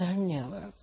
धन्यवाद